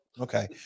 Okay